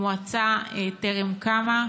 המועצה טרם קמה,